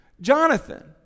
Jonathan